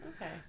Okay